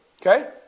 Okay